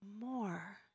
more